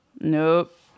nope